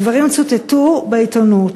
הדברים צוטטו בעיתונות.